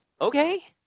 Okay